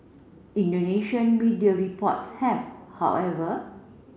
Indonesian media reports have however